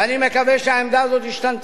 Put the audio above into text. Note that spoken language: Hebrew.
ואני מקווה שהעמדה הזאת השתנתה.